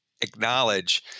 acknowledge